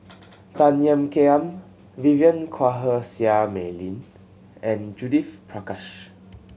Tan Ean Kiam Vivien Quahe Seah Mei Lin and Judith Prakash